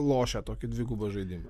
lošia tokį dvigubą žaidimą